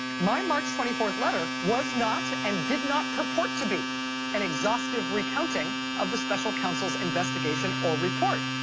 my march twenty fourth letter was not and did not purport to be an exhaustive recounting of the special counsel's investigation or report.